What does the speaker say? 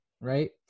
right